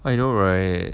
I know right